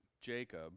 Jacob